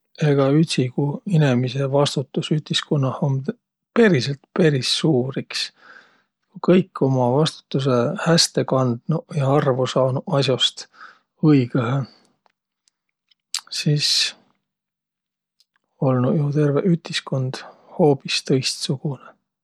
Egä ütsigu inemise vastutus ütiskunnah um periselt peris suur iks. Ku kõik uma vastutusõ häste kandnuq ja arvo saanuq as'ost õigõhe, sis olnuq jo terveq ütiskund hoobis tõistsugunõ.